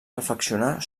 reflexionar